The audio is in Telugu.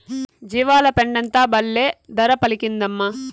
జీవాల పెండంతా బల్లే ధర పలికిందమ్మా